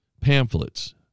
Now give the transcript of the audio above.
pamphlets